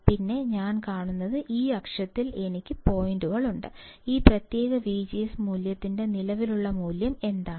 പിന്നെ ഞാൻ കാണുന്നത് ഈ അക്ഷത്തിൽ എനിക്ക് പോയിന്റുകളുണ്ട് ഈ പ്രത്യേക വിജിഎസ് മൂല്യത്തിന്റെ നിലവിലെ മൂല്യം എന്താണ്